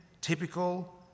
typical